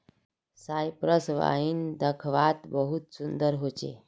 Cyprus wine दाख्वात बहुत सुन्दर होचे